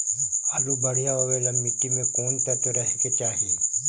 आलु बढ़िया होबे ल मट्टी में कोन तत्त्व रहे के चाही?